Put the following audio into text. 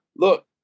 look